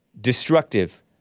destructive